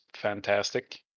fantastic